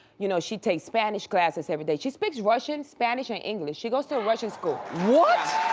you know she takes spanish classes everyday. she speaks russian, spanish and english. she goes to a russian school. what?